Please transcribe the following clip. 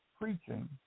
preaching